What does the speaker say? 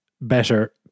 better